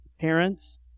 parents